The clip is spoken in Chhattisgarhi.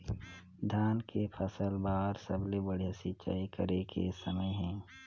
धान के फसल बार सबले बढ़िया सिंचाई करे के समय हे?